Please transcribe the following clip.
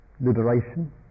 liberation